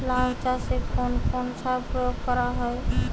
লাউ চাষে কোন কোন সার প্রয়োগ করা হয়?